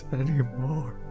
anymore